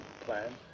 plan